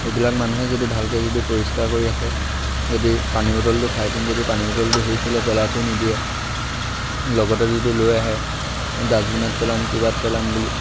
সেইবিলাক মানুহে যদি ভালকৈ যদি পৰিষ্কাৰ কৰি আহে যদি পানী বটলটো খাই পিনি যদি পানী বটলটো সেইফালে পেলাই থৈ নিদিয়ে লগতে যদি লৈ আহে ডাষ্টবিনত পেলাম কিবাত পেলাম বুলি